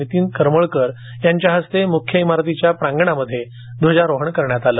नितीन करमळकर यांच्या हस्ते मुख्य इमारतीच्या प्रांगणामध्ये ध्वजारोहण करण्यात आले